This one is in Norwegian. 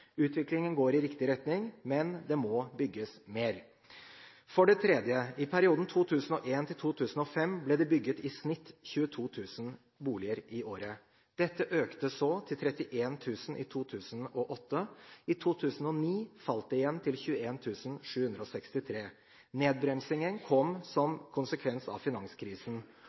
Utviklingen går i riktig retning, men det må bygges mer. For det tredje: I perioden 2001–2005 ble det bygd i snitt 22 000 boliger i året. Dette økte så til 31 000 i 2008. I 2009 falt det igjen til 21 763. Nedbremsingen kom som konsekvens av finanskrisen.